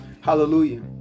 Hallelujah